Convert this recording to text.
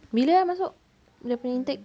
bila eh masuk dia punya intake